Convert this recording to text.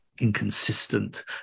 inconsistent